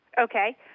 okay